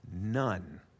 none